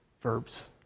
verbs